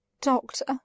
Doctor